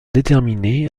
déterminés